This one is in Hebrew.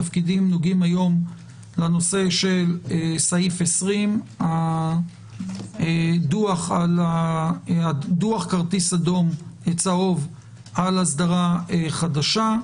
התפקידים נוגעים היום לנושא של סעיף 20. הדוח כרטיס צהוב על אסדרה חדשה.